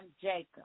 Jacob